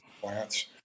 plants